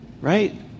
right